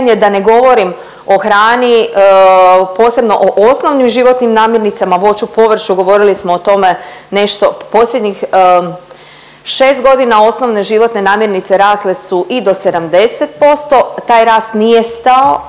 da ne govorim o hrani posebno o osnovnim životnim namirnicama voću, povrću. Govorili smo o tome nešto posljednjih šest godina osnovne životne namirnice rasle su i do 70%, taj rast nije stao,